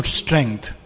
strength।